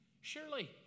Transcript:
Surely